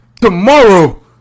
tomorrow